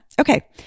Okay